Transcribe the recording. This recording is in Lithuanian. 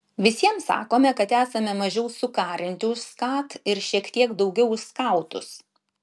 visiems sakome kad esame mažiau sukarinti už skat ir šiek tiek daugiau už skautus